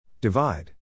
Divide